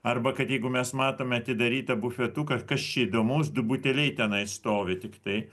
arba kad jeigu mes matome atidarytą bufetuką kas čia įdomaus du buteliai tenai stovi tiktai